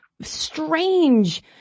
strange